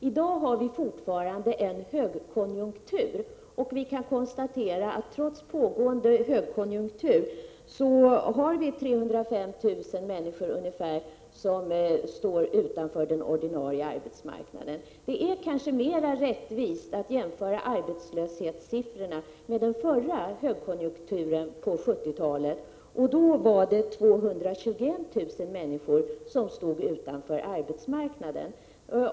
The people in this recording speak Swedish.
I dag har vi fortfarande en högkonjunktur, och vi kan konstatera att det trots pågående högkonjunktur är ungefär 305 000 människor som står utanför den ordinarie arbetsmarknaden. Det är kanske mera rättvist att jämföra dagens arbetslöshetsnivå med den förra högkonjunkturens, på 1970-talet, då det var 221 000 människor som stod utanför arbetsmarknaden.